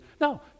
No